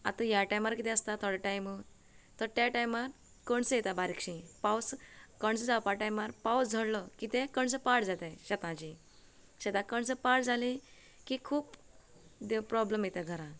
आतां ह्या टायमार कितें आसता थोडो टायम तर त्या टायमार कणसां येतां बारीकशी पावस कणसां जावपा टायमार पावस झडलो की ते कणसां पाड जाताय शेताची शेतां कणसां पाड जाली की खूब ते प्रॉब्लम येता घरान